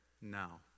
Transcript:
now